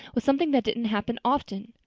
was something that didn't happen often.